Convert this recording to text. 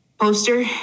Poster